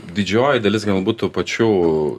didžioji dalis galbūt tų pačių